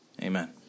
Amen